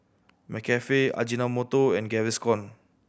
McCafe Ajinomoto and Gaviscon